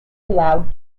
allowed